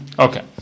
Okay